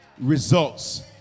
results